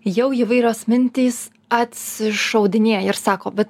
jau įvairios mintys atsišaudinėja ir sako vat